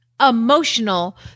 emotional